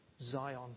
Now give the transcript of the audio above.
Zion